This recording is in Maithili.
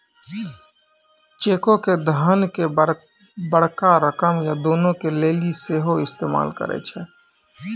चेको के धन के बड़का रकम या दानो के लेली सेहो इस्तेमाल करै छै